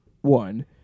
one